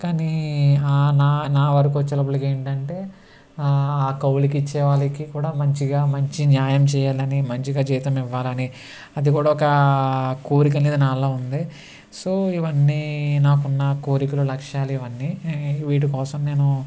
కానీ నా నా వరకు వచ్చే లోపలికి ఏంటంటే ఆ కౌలికి ఇచ్చే వాళ్ళకి కూడా మంచిగా మంచి న్యాయం చేయాలని మంచిగా జీతం ఇవ్వాలని అది కూడా ఒక కోరిక అనేది నాలో ఉంది సో ఇవన్నీ నాకున్న కోరికలు లక్ష్యాలు ఇవన్నీ వీటి కోసం నేను